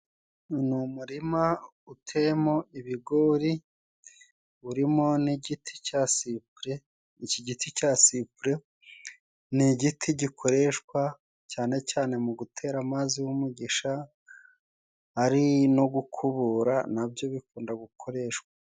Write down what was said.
Ni umurima uteyemo ibigori, urimo n'igiti cya sipure , iki giti cya sipure ni igiti gikoreshwa cyane cyane mu gutera amazi y'umugisha ari no gukubura na byo bikunda gukoreshwa.